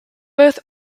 both